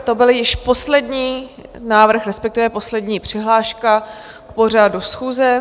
To byl již poslední návrh, respektive poslední přihláška k pořadu schůze.